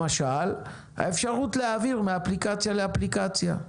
למשל, האפשרות להעביר מאפליקציה לאפליקציה.